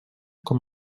com